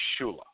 Shula